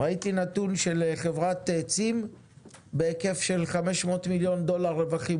ראיתי נתון של חברת צים בהיקף של 500 מיליון דולר רווחים,